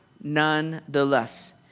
nonetheless